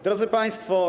Drodzy Państwo!